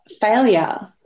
failure